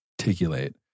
articulate